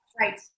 Right